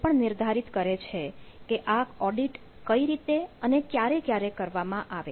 એ પણ નિર્ધારિત કરે છે કે આ ઓડિટ કઈ રીતે અને ક્યારે ક્યારે કરવામાં આવે